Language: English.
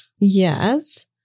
yes